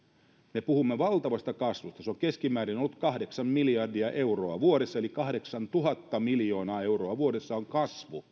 me puhumme valtavasta kasvusta se on keskimäärin ollut kahdeksan miljardia euroa vuodessa eli kahdeksantuhatta miljoonaa euroa vuodessa on kasvu